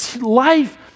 life